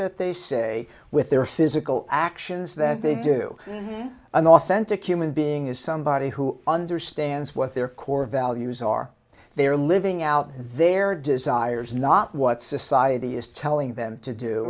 that they say with their physical actions that they do an authentic human being is somebody who understands what their core values are they're living out their desires not what society is telling them to do